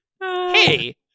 hey